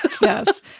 Yes